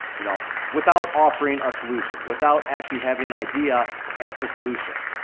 you know without offering a solution. without actually having an idea at the solution.